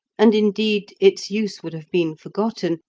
and, indeed, its use would have been forgotten,